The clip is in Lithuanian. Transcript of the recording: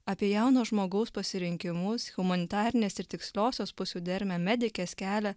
apie jauno žmogaus pasirinkimus humanitarinės ir tiksliosios pusių dermę medikės kelią